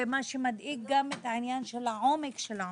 מה שמדאיג, גם העניין של העומק של העוני.